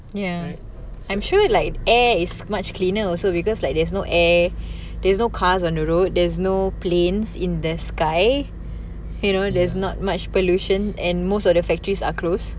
ya